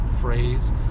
phrase